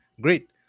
great